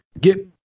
get